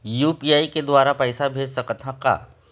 UPI के द्वारा पैसा भेज सकत ह का?